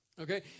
Okay